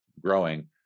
growing